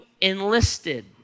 enlisted